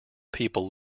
people